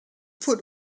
put